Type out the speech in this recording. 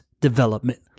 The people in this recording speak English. development